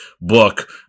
book